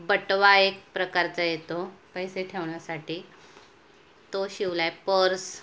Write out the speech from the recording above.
बटवा एक प्रकारचा येतो पैसे ठेवण्यासाठी तो शिवला आहे पर्स